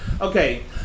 Okay